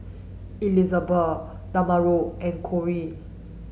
Elizbeth Damarion and Cory